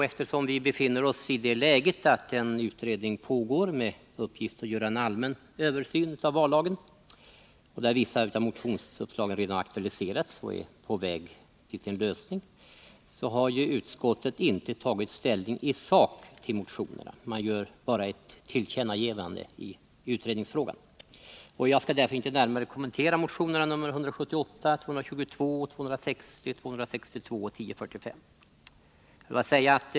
Eftersom vi befinner oss i det läget att en utredning pågår med uppgift att göra en allmän översyn av vallagen, varvid vissa av motionsuppslagen redan har aktualiserats, har utskottet inte tagit ställning i sak till motionerna — man gör bara ett tillkännagivande i utredningsfrågan. Jag skall därför inte närmare kommentera motionerna nr 178, 222, 260, 262 och 1045.